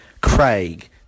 Craig